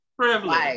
privilege